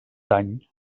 dany